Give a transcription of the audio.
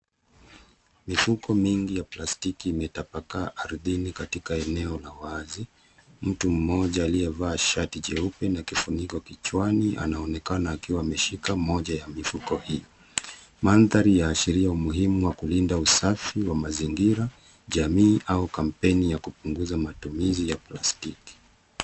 Mifuko mingi ya plastiki imetapakaa ardhini katika eneo la wazi. Mtu mmoja aliyevaa shati jeupe na kifuniko kichwani anaonekana akiwa ameshika moja ya mifuko hii. Mandhari yaashiria umuhimu wa kulinda usafi wa mazingira, jamii au kampeni ya kupunguza matumizi ya plastiki.